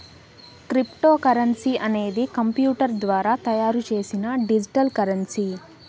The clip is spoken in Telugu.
క్రిప్తోకరెన్సీ అనేది కంప్యూటర్ ద్వారా తయారు చేసిన డిజిటల్ కరెన్సీ